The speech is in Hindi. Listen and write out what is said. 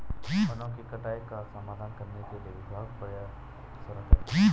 वनों की कटाई का समाधान करने के लिए विभाग प्रयासरत है